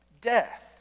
Death